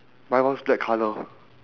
my one's black colour